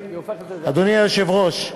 אדוני היושב-ראש,